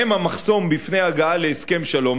והן המחסום בפני הגעה להסכם שלום,